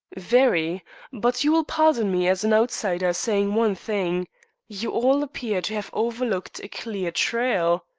very but you will pardon me, as an outsider, saying one thing you all appear to have overlooked a clear trail.